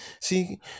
see